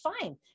fine